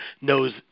knows